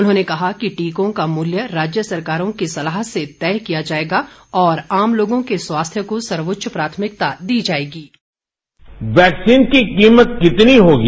उन्होंने कहा कि टीकों का मूल्य राज्य सरकारों की सलाह से तय किया जाएगा और आम लोगों के स्वास्थ्य को सर्वोच्च प्राथमिकता दी जाएगी